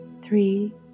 Three